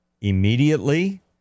immediately